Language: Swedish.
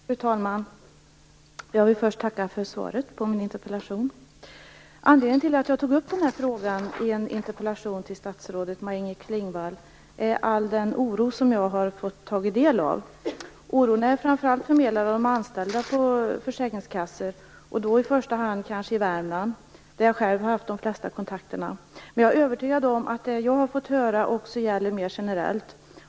Fru talman! Jag vill först tacka för svaret på min interpellation. Anledning till att jag tog upp den här frågan i en interpellation till statsrådet Maj-Inger Klingvall är all den oro som jag har fått ta del av. Oron är framför allt förmedlad av de anställda på försäkringskassorna, och då i första hand i Värmland där jag själv har haft de flesta kontakterna. Men jag är övertygad om att det jag har fått höra också gäller mer generellt.